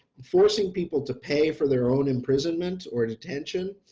forcing people to pay for their own imprisonment or detention